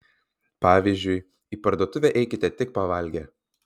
pavyzdžiui į parduotuvę eikite tik pavalgę